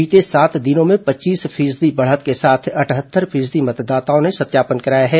बीते सात दिनों में पच्चीस फीसदी बढ़त के साथ अठहत्तर फीसदी मतदाताओं ने सत्यापन कराया है